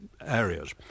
areas